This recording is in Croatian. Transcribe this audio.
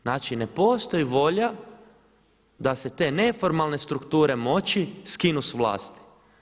Znači ne postoji volja da se te neformalne strukture moći skinu s vlasti.